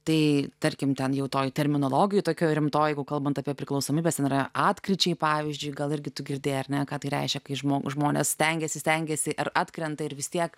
tai tarkim ten jau toj terminologijoj tokioj rimtoj jeigu kalbant apie priklausomybes ten yra atkryčiai pavyzdžiui gal irgi tu girdėjai ar ne ką tai reiškia kai žmog žmonės stengiasi stengiasi ar atkrenta ir vis tiek